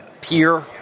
pier